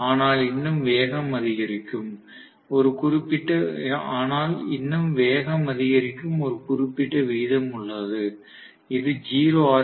ஆனால் இன்னும் வேகம் அதிகரிக்கும் ஒரு குறிப்பிட்ட விகிதம் உள்ளது இது 0 ஆர்